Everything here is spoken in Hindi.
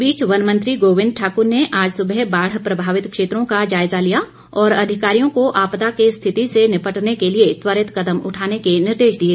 इस बीच वन मंत्री गोविंद ठाकुर ने आज सुबह बाढ़ प्रभावित क्षेत्रों का जायजा लिया और अधिकारियों को आपदा की स्थिति से निपटने के लिए त्वरित कदम उठाने के निर्देश दिए